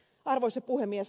arvoisa puhemies